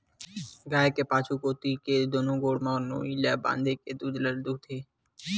गाय के पाछू कोती के दूनो गोड़ म नोई ल बांधे के दूद ल दूहूथे